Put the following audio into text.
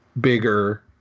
bigger